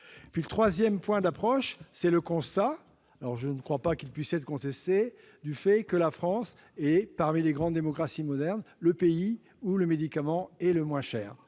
Une troisième approche repose sur le constat- je ne crois pas qu'il puisse être contesté -que la France est, parmi les grandes démocraties modernes, le pays où le médicament est le moins cher.